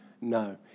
No